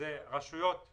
זה רשויות של